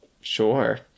sure